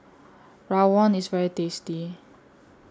Rawon IS very tasty